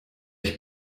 ich